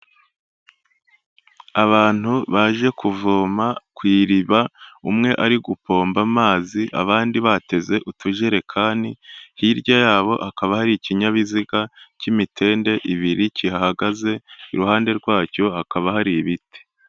Abantu baje kuvoma ku iriba, umwe ari gupomba amazi abandi bateze utujerekani, hirya yabo hakaba hari ikinyabiziga cy'imitende ibiri kihahagaze iruhande rwacyo hakaba hari ibiti.